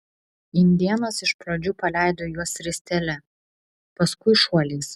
indėnas iš pradžių paleido juos ristele paskui šuoliais